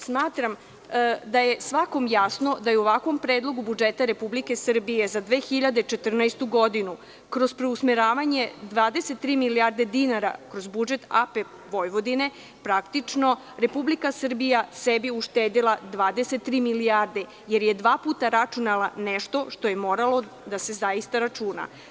Smatram da je svakom jasno da je u ovakvom Predlogu budžeta Republike Srbije za 2014. godinu kroz preusmeravanje 23 milijarde dinara kroz budžet AP Vojvodine, praktično Republika Srbija sebi uštedela 23 milijarde, jer je dva puta računala nešto što je moralo da se zaista računa.